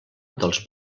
dels